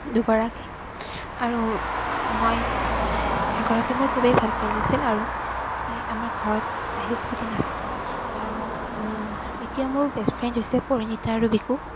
দুগৰাকী আৰু মই এগৰাকী মোৰ খুবেই ভাল ফ্ৰেণ্ড আছিল আৰু তাই আমাৰ ঘৰত আহি বহুদিন আছিল আৰু এতিয়া মোৰ বেষ্ট ফ্ৰেণ্ড হৈছে পৰিণীতা আৰু বিকু